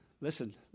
Listen